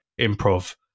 improv